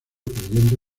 creyendo